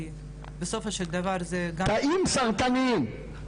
(הקרנת סרטון).